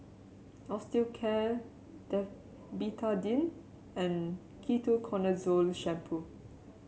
Osteocare the Betadine and Ketoconazole Shampoo